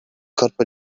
corpo